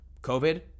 COVID